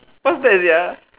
what's that sia